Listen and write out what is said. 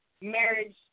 marriage